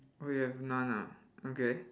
oh you have none ah okay